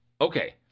Okay